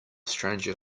stranger